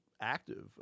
active